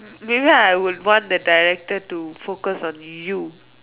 maybe I would want the director to focus on you